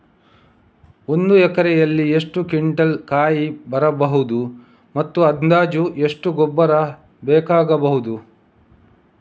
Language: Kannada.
ಒಂದು ಎಕರೆಯಲ್ಲಿ ಎಷ್ಟು ಕ್ವಿಂಟಾಲ್ ಕಾಯಿ ಬರಬಹುದು ಮತ್ತು ಅಂದಾಜು ಎಷ್ಟು ಗೊಬ್ಬರ ಬೇಕಾಗಬಹುದು?